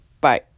Bye